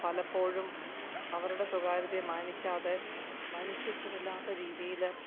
പലപ്പോഴും അവരുടെ സ്വകാര്യതയെ മാനിക്കാതെ മനുഷ്യത്വമില്ലാത്ത രീതിയിൽ